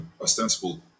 ostensible